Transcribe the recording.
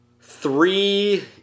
three